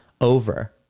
over